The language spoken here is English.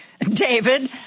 David